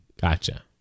gotcha